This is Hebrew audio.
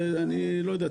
אני לא יודע,